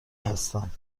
هستم